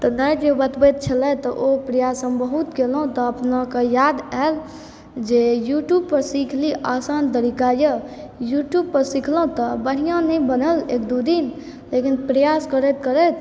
तऽ दाइ जे बतबै छलैथ तऽ ओ प्रयास हम बहुत कयलहुँ तऽ अपनाके याद आयल जे पर सीख ली आसान तरीका यऽ यूट्यूबपर सीखलहुँ तऽ बढ़िआँ नहि बनल एक दू दिन लेकिन प्रयास करैत करैत